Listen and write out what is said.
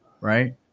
right